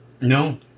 No